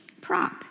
prop